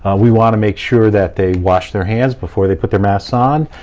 we wanna make sure that they wash their hands before they put their masks on,